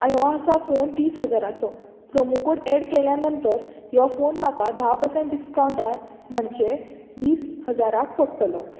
आनी हो आसा फोन तीस हजारांचो प्रोमो कोड एड केल्या नंतर हो फोन म्हाका धा पर्संट डिस्कावंटार म्हणजे वीस हजाराक पडटलो